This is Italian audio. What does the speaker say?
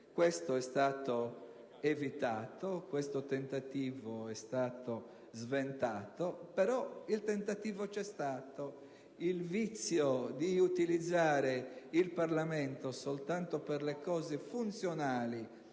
ciò è stato evitato: questo tentativo è stato sventato. Però c'è stato. Il vizio di utilizzare il Parlamento soltanto per obiettivi funzionali